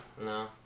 No